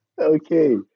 Okay